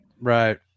Right